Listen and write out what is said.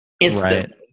instantly